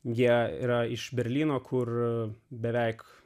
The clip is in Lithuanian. jie yra iš berlyno kur beveik